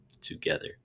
together